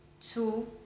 two